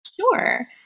Sure